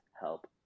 help